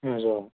اَہَن حظ آ